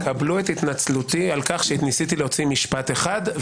קבלו את התנצלותי על כך שניסיתי להוציא משפט אחד.